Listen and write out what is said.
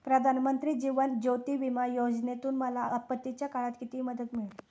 प्रधानमंत्री जीवन ज्योती विमा योजनेतून मला आपत्तीच्या काळात किती मदत मिळेल?